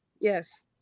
yes